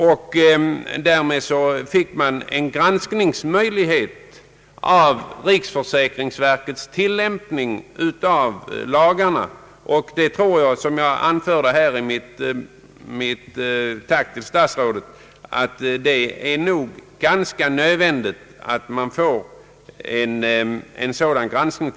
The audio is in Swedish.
Därmed åstadkommes en möjlighet till granskning av riksförsäkringsverkets tillämpning av lagarna, och jag tror, som jag anförde i mitt tack till statsrådet, att det är ganska nödvändigt med en sådan granskning.